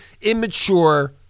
immature